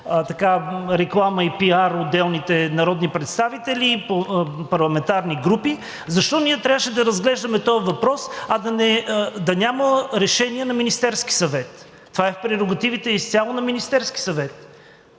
реклама и пиар отделните народни представители по парламентарни групи, защо ние трябваше да разглеждаме този въпрос, а да няма решение на Министерския съвет? Това е в прерогативите изцяло на Министерския съвет.